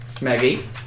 Maggie